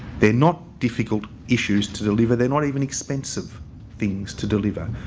they're not difficult issues to deliver. they're not even expensive things to deliver.